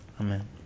Amen